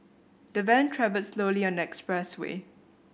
the van travelled slowly on the expressway